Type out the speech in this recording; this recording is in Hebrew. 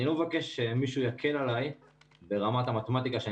אני לא מבקש שמישהו יקל עלי ברמת המתמטיקה שאני